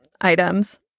items